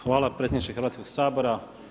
Hvala predsjedniče Hrvatskog sabora.